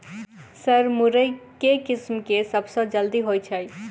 Sir मुरई केँ किसिम केँ सबसँ जल्दी होइ छै?